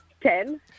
Ten